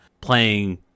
playing